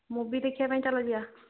movie ଦେଖିବା ପାଇଁ ଚାଲ ଯିବା